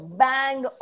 bang